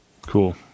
Cool